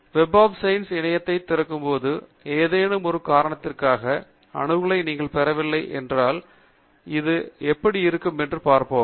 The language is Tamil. வெப் ஆப் சயின்ஸ் இணையத்தை திறக்கும்போது ஏதேனும் ஒரு காரணத்திற்கான அணுகலை நீங்கள் பெறவில்லை என்றால் இது எப்படி இருக்கும் என்று பார்ப்போம்